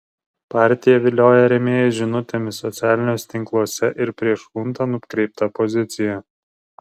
partija vilioja rėmėjus žinutėmis socialiniuose tinkluose ir prieš chuntą nukreipta pozicija